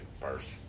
first